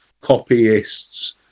copyists